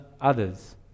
others